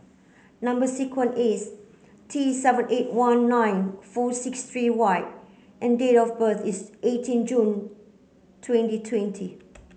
number sequence is T seven eight one nine four six three Y and date of birth is eighteen June twenty twenty